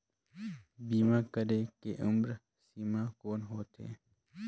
बीमा करे के उम्र सीमा कौन होथे?